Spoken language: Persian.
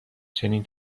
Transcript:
چنین